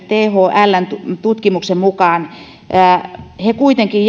thln tutkimuksen mukaan he kuitenkin